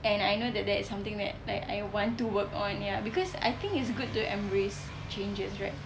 and I know that that is something that I like want to work on ya because I think it's good to embrace changes right